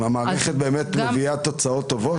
אם המערכת מביאה תוצאות טובות?